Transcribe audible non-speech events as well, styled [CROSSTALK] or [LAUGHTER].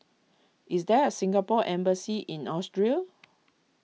is there a Singapore Embassy in Austria [NOISE]